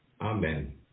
Amen